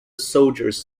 soldiers